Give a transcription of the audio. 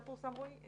מתי הוא פורסם, רועי?